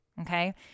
Okay